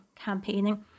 campaigning